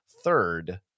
third